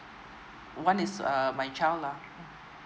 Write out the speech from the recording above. one is err my child lah